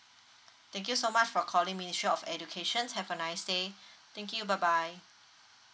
thank you so much for calling ministry of educations have a nice day thank you bye bye